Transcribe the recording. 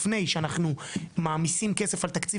לפני שאנחנו מעמיסים כסף על תקציב